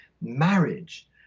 marriage